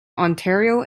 ontario